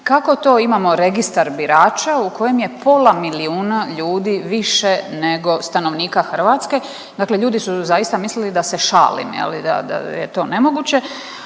kako to imamo Registar birača u kojem je pola milijuna ljudi više nego stanovnika Hrvatske. Dakle, ljudi su zaista mislili da se šalim jeli i da je to nemoguće,